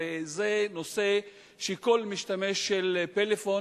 הרי זה נושא שכל משתמש של פלאפון,